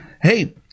hey